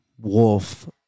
Wolf